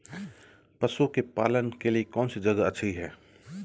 पशुओं के पालन के लिए कौनसी जगह अच्छी है?